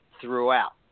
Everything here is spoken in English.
throughout